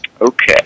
Okay